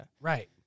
Right